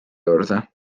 juurde